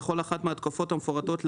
בכל אחת מהתקופות המפורטות להלן,